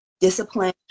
discipline